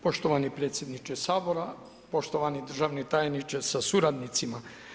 Poštovani predsjedniče SAbora, poštovani državni tajniče sa suradnicima.